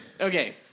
Okay